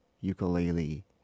ukulele